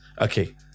Okay